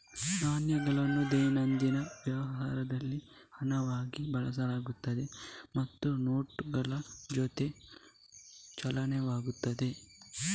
ನಾಣ್ಯಗಳನ್ನು ದೈನಂದಿನ ವ್ಯವಹಾರಗಳಲ್ಲಿ ಹಣವಾಗಿ ಬಳಸಲಾಗುತ್ತದೆ ಮತ್ತು ನೋಟುಗಳ ಜೊತೆಗೆ ಚಲಾವಣೆಯಾಗುತ್ತದೆ